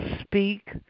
speak